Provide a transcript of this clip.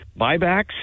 buybacks